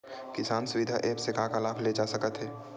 किसान सुविधा एप्प से का का लाभ ले जा सकत हे?